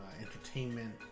entertainment